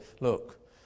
look